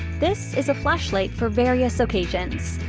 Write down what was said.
this is a flashlight for various occasions,